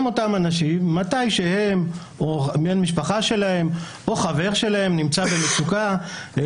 גם אותם אנשים כשהם או בני המשפחה שלהם או חבר שלהם נמצאים במצוקה אל